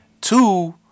Two